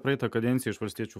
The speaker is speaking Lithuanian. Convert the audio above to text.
praeitą kadenciją iš valstiečių